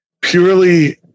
Purely